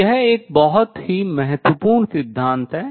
तो यह एक बहुत ही महत्वपूर्ण सिद्धांत है